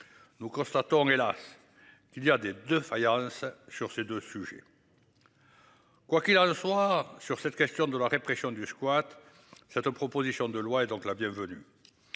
Nous constatons hélas. Qu'il y a des de faïence. Sur ces 2 sujets. Quoi qu'il arrive le soir sur cette question de la répression du squat. Cette proposition de loi est donc la bienvenue.